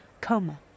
coma